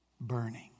burning